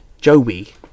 Joey